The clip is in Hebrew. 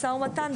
משא ומתן,